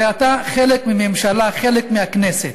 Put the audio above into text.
הרי אתה חלק מהממשלה, חלק מהכנסת,